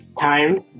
Time